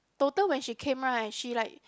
total when she came right she like